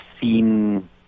seen